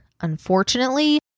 Unfortunately